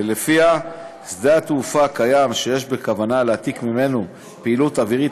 שלפיה שדה-תעופה קיים שיש כוונה להעתיק ממנו פעילות אווירית